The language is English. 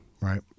Right